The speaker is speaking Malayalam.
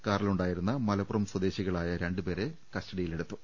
കാറിലുണ്ടായിരുന്ന മലപ്പുറം സ്വദേശികളായ രണ്ടുപേരെ കസ്റ്റഡിയിലെടുത്തു